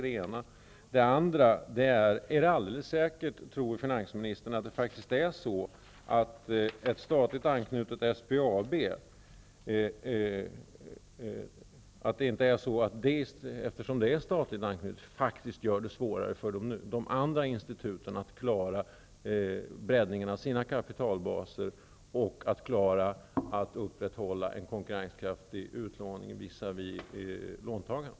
Jag vill också fråga gäller om finansministern inte tror att ett statligt anknutet SPAB, just därför att det är stadigt, faktiskt gör det svårare för de andra instituten att klara breddningen av sina kapitalbaser och att upprätthålla en konkurrenskraftig utlåning visavi låntagarna.